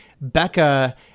Becca